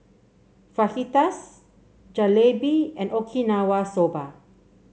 Fajitas Jalebi and Okinawa Soba